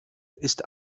ist